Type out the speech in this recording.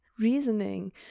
reasoning